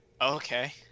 Okay